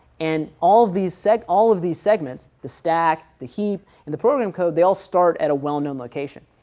and all these seg all of these segments, the stack, the heap, and the program code, they all start at a well known location.